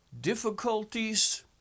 difficulties